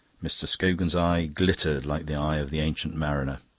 mr. scogan's eye glittered like the eye of the ancient mariner.